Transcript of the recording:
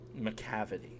McCavity